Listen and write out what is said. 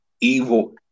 evil